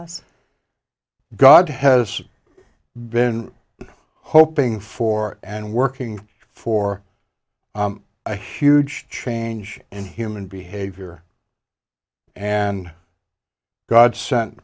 us god has been hoping for and working for a huge change in human behavior and god sen